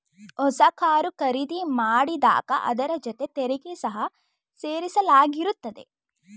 ಹೊಸ ಕಾರು ಖರೀದಿ ಮಾಡಿದಾಗ ಅದರ ಜೊತೆ ತೆರಿಗೆ ಸಹ ಸೇರಿಸಲಾಗಿರುತ್ತದೆ